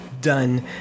done